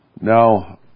Now